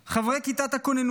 חברי כיתת הכוננות,